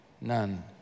None